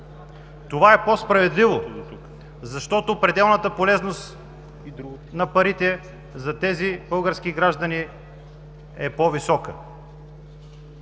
Това е по-справедливо, защото пределната полезност на парите за тези български граждани е по-висока.